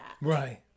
Right